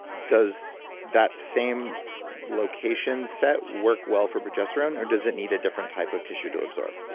does that same location set work well for progesterone or does it need a different type of tissue to absorb?